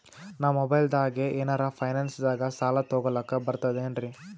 ನಾ ಮೊಬೈಲ್ದಾಗೆ ಏನರ ಫೈನಾನ್ಸದಾಗ ಸಾಲ ತೊಗೊಲಕ ಬರ್ತದೇನ್ರಿ?